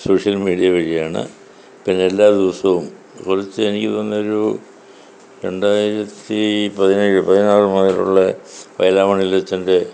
social media വഴിയാണ് പിന്നെ എല്ലാ ദിവസവും പുലർച്ചെ എനിക്ക് തോന്നുന്ന ഒരു രണ്ടായിരത്തി പതിനേഴ് പതിനാറ് മുതലുള്ള അച്ഛൻ്റെ